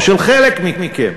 או של חלק מכם,